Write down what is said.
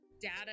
data